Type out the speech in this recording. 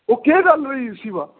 ओह् केह् गल्ल होई उसी वा